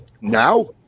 Now